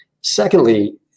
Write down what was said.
Secondly